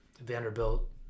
Vanderbilt